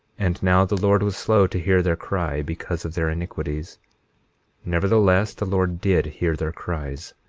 and now the lord was slow to hear their cry because of their iniquities nevertheless the lord did hear their cries,